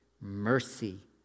mercy